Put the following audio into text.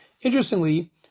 Interestingly